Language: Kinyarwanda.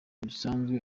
bisanzwe